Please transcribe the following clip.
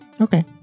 Okay